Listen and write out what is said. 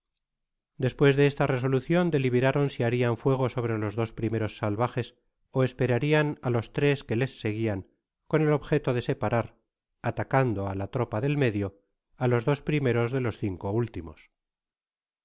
despues de esta resolucion deliberaron si harian fuego sobre los dos primeros salvajes ó esperarian á jos tres que les seguían con el objeto de separar atacando á la tropa del medio á k dos primeros de los cinco últimos